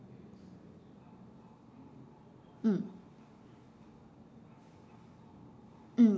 mm mm